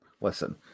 listen